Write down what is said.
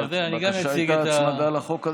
הבקשה הייתה הצמדה לחוק הזה.